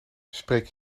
spreek